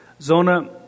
Zona